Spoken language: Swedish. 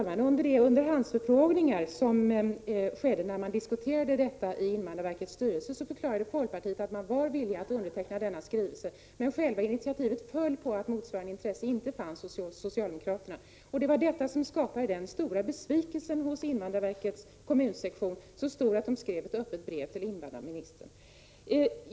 Herr talman! Vid de underhandsförfrågningar som skedde när denna fråga diskuterades i invandrarverkets styrelse förklarade folkpartiet att man var villig att underteckna denna skrivelse, men själva initiativet föll på att motsvarande intresse inte fanns hos socialdemokraterna. Det var detta som skapade den stora besvikelsen hos invandrarverkets kommunsektion — besvikelsen var så stor att man skrev ett öppet brev till invandrarministern.